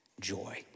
joy